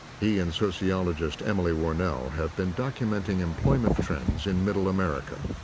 he and sociologist emily wornell have been documenting employment trends in middle america.